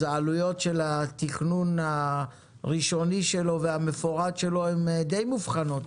אז העלויות של התכנון הראשוני שלו והמפורט שלו הם די מובחנות.